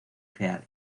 crear